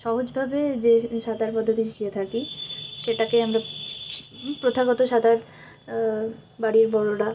সহজভাবে যে সাঁতার পদ্ধতি শিখে থাকি সেটাকেই আমরা প্রথাগত সাঁতার বাড়ির বড়োরা